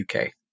UK